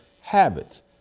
habits